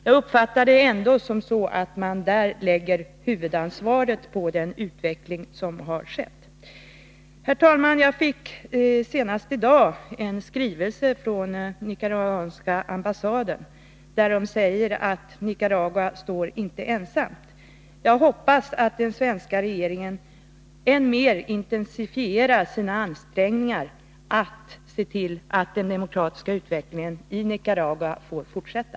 Jag uppfattar det ändå så, att man lägger huvudansvaret där för den utveckling som har skett. Herr talman! Jag fick senast i dag en skrivelse från den nicaraguanska ambassaden där det sägs att Nicaragua inte står ensamt. Jag hoppas att den svenska regeringen än mer intensifierar sina ansträngningar att se till att den demokratiska utvecklingen i Nicaragua får fortsätta.